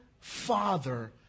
father